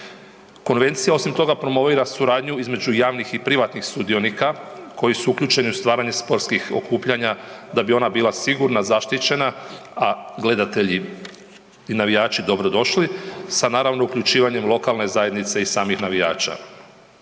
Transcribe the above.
Konvencija osim toga, promovira suradnju između javnih i privatnih sudionika koji su uključeni u stvaranje sportskih okupljanja, da bi ona bila sigurna, zaštićena, a gledatelji i navijači dobrodošli, sa naravno, uključivanjem lokalne zajednice i samih navijača.